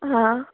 हा